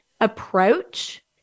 approach